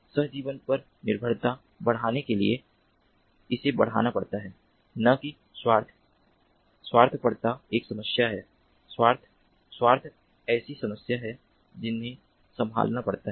सहजीवन पर निर्भरता बढ़ाने के लिए इसे बढ़ाना पड़ता है न कि स्वार्थ स्वार्थपरता एक समस्या है स्वार्थ स्वार्थ ऐसी समस्याएं हैं जिन्हें संभालना पड़ता है